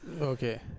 okay